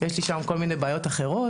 יש לי שם כל מיני בעיות אחרות.